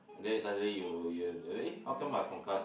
and then suddenly you you eh how come I how come I concuss